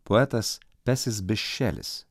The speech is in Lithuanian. poetas persis bišelis